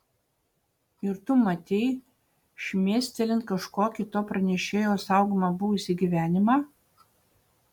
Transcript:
ir tu matei šmėstelint kažkokį to pranešėjo saugomą buvusį gyvenimą